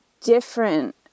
different